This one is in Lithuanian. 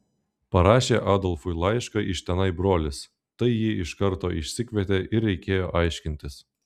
parašė adolfui laišką iš tenai brolis tai jį iš karto išsikvietė ir reikėjo aiškintis